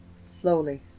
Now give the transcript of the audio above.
Slowly